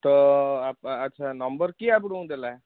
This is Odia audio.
ତ ଆଚ୍ଛା ନମ୍ବର କିଏ ଆପଣଙ୍କୁ ଦେଲା